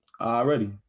already